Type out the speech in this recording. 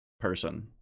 person